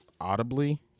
audibly